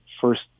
first